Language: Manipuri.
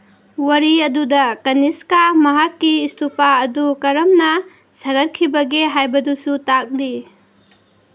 ꯋꯥꯔꯤ ꯑꯗꯨꯗ ꯇꯅꯤꯁꯀ ꯃꯍꯥꯛꯀꯤ ꯏꯁꯇꯨꯄꯥ ꯑꯗꯨ ꯀꯔꯝꯅ ꯁꯥꯒꯠꯈꯤꯕꯒꯦ ꯍꯥꯏꯕꯗꯨꯁꯨ ꯇꯥꯛꯂꯤ